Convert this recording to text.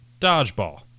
Dodgeball